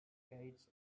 gates